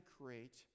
create